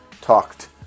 talked